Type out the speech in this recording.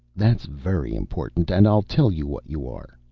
that's very important. and i'll tell you what you are.